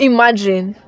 Imagine